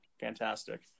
Fantastic